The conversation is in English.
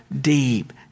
deep